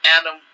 Adam